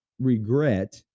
regret